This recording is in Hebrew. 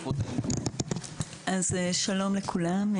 שלום לכולם.